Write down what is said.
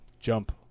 Jump